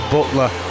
Butler